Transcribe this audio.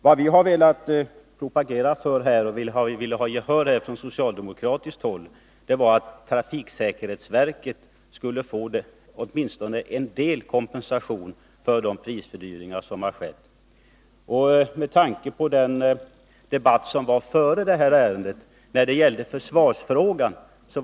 Vad vi från socialdemokratiskt håll har propagerat för och velat ha gehör för var att trafiksäkerhetsverket skulle få åtminstone en del kompensation för de prishöjningar som skett. Det var intressant att notera vad som skedde i den debatt som fördes innan det här ärendet kom upp och som gällde försvarsfrågan.